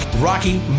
Rocky